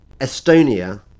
Estonia